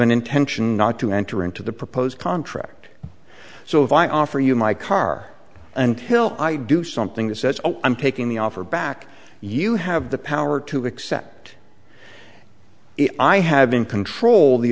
an intention not to enter into the proposed contract so if i offer you my car until i do something that says i'm taking the offer back you have the power to accept it i have in control the